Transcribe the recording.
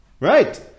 Right